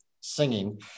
singing